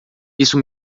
isso